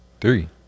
Three